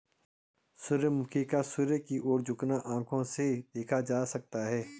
सूर्यमुखी का सूर्य की ओर झुकना आंखों से देखा जा सकता है